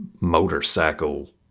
motorcycle